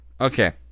Okay